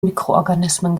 mikroorganismen